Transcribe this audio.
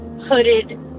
hooded